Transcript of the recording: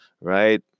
right